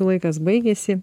laikas baigėsi